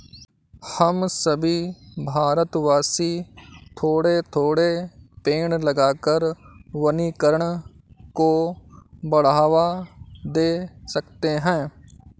हम सभी भारतवासी थोड़े थोड़े पेड़ लगाकर वनीकरण को बढ़ावा दे सकते हैं